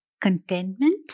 contentment